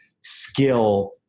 skill